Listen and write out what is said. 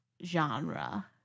genre